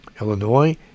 Illinois